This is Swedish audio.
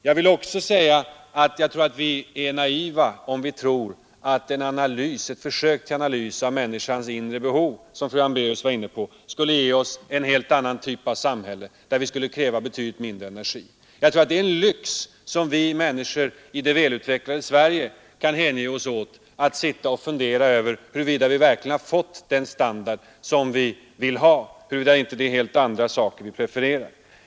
Sedan tycker jag också att man är naiv, om man tror att ett försök till analys av människans inre behov, som fru Hambraeus var inne på, skulle ge oss en helt annan typ av samhälle och som skulle kräva betydligt mindre energi. Det tror jag är en lyx, som vi människor i det välutvecklade Sverige kan hänge oss åt, att alltså sitta och fundera över huruvida vi verkligen har nått den standard vi innerst inne vill ha, och om det inte är helt andra saker som vi bör preferera.